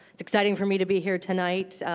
it's exciting for me to be here tonight.